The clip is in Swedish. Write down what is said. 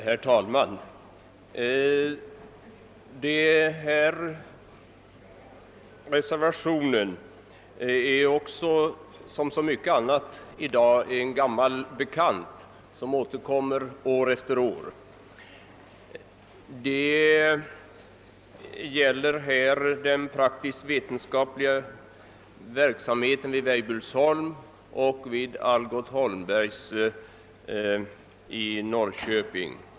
Herr talman! Reservationen vid denna punkt är som så mycket annat i dag en gammal bekant som återkommer år efter år. Det gäller den praktiskt vetenskapliga verksamheten vid Weibullsholm och vid Algot Holmberg & Söner AB i Norrköping.